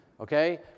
okay